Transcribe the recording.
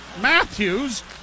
Matthews